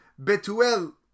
Betuel